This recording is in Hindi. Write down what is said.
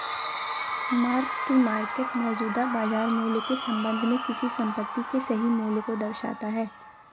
मार्क टू मार्केट मौजूदा बाजार मूल्य के संबंध में किसी संपत्ति के सही मूल्य को दर्शाता है